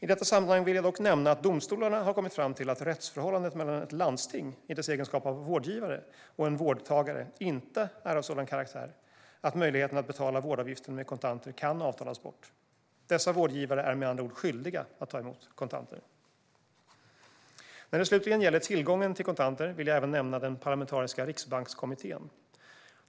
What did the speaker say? I detta sammanhang vill jag dock nämna att domstolarna har kommit fram till att rättsförhållandet mellan ett landsting i dess egenskap av vårdgivare och en vårdtagare inte är av sådan karaktär att möjligheten att betala vårdavgiften med kontanter kan avtalas bort. Dessa vårdgivare är med andra ord skyldiga att ta emot kontanter. När det slutligen gäller tillgången till kontanter vill jag även nämna den parlamentariska Riksbankskommittén.